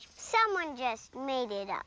someone just made it up.